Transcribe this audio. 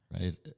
Right